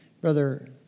Brother